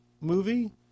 movie